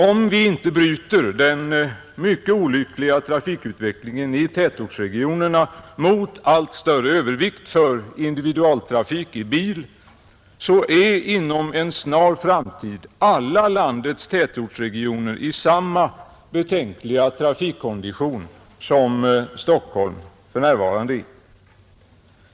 Om vi inte bryter den mycket olyckliga trafikutvecklingen i tätortsregionerna som går i riktning mot allt större övervikt för individualtrafik i bil, är inom en snar framtid alla landets tätortsregioner i samma betänkliga trafikkondition som Stockholm för närvarande befinner sig i.